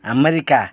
America